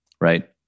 right